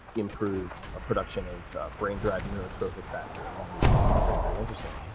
improve a production of brain-derived neurotrophic factor and all these things that are very, very interesting.